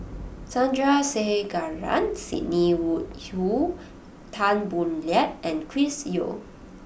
Sandrasegaran Sidney Woodhull Tan Boo Liat and Chris Yeo